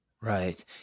Right